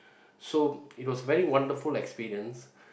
so it was very wonderful experience